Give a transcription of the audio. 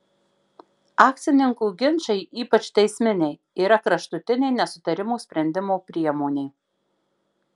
akcininkų ginčai ypač teisminiai yra kraštutinė nesutarimų sprendimo priemonė